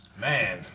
man